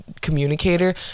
communicator